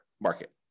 market